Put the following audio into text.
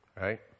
Right